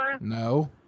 No